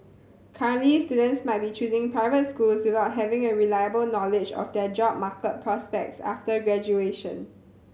currently students might be choosing private schools without having a reliable knowledge of their job market prospects after graduation